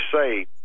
say